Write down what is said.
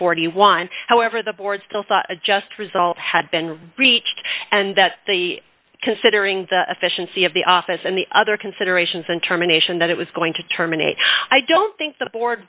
forty one however the board still thought a just result had been breached and that the considering the official c of the office and the other considerations and terminations that it was going to terminate i don't think the board